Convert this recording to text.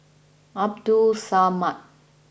Abdul Samad